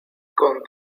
con